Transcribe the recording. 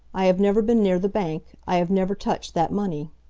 i have never been near the bank. i have never touched that money.